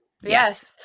Yes